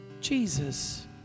Jesus